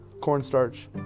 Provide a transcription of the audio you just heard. cornstarch